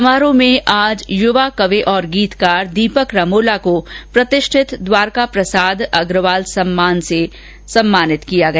समारोह में आज युवा कवि और गीतकार दीपक रमोला को प्रतिष्ठित द्वारका प्रसाद अग्रवाल सम्मान से सम्मनित किया गया